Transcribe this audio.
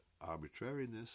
arbitrariness